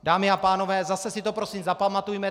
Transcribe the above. Dámy a pánové, zase si to prosím zapamatujme.